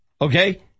Okay